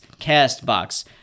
Castbox